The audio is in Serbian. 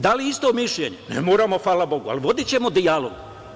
Da li imamo isto mišljenje, ne moramo, hvala Bogu, ali vodićemo dijalog.